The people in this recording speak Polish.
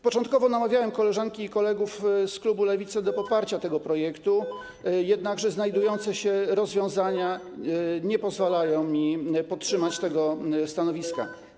Początkowo namawiałem koleżanki i kolegów z klubu Lewicy do poparcia tego projektu, jednakże znajdujące się tu rozwiązania nie pozwalają mi podtrzymać tego stanowiska.